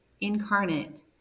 incarnate